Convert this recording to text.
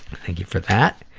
thank you for that.